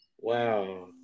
Wow